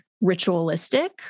ritualistic